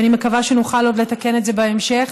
ואני מקווה שנוכל עוד לתקן את זה בהמשך.